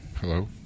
hello